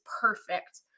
perfect